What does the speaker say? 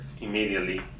immediately